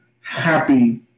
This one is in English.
happy